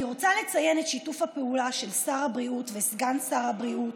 אני רוצה לציין את שיתוף הפעולה של שר הבריאות וסגן שר הבריאות,